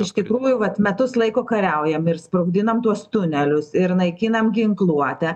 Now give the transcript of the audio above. iš tikrųjų vat metus laiko kariaujam ir sprogdinam tuos tunelius ir naikinam ginkluotę